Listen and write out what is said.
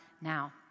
now